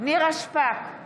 נירה שפק,